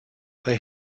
they